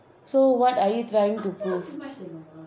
so what are you trying to prove